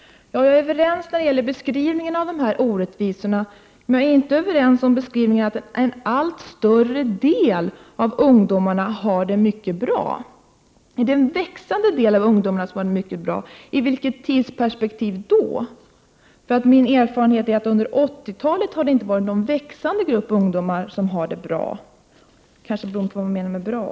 Jag är överens med Margot Wallström beträffande beskrivningen av orättvisorna, men jag håller inte med om att en växande del av ungdomarna har det mycket bra. I vilket tidsperspektiv? Min erfarenhet är att det under 80-talet inte har varit någon växande grupp ungdomar som har det bra. Det beror kanske på vad man menar med bra.